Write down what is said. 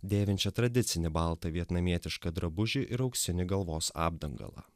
dėvinčią tradicinį baltą vietnamietišką drabužį ir auksinį galvos apdangalą